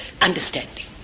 understanding